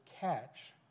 catch